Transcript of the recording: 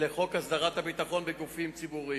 ועל חוגי הסיור לשכור שירותי